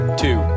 two